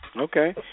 Okay